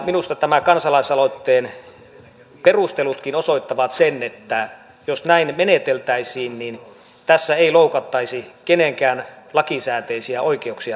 minusta tämän kansalaisaloitteen perustelutkin osoittavat sen että jos näin meneteltäisiin tässä ei myöskään loukattaisi kenenkään lakisääteisiä oikeuksia